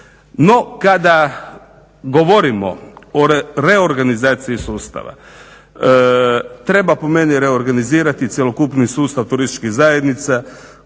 No kada govorimo o reorganizaciji sustava treba po meni reorganizirati cjelokupni sustav turističkih zajednica